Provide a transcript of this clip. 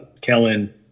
Kellen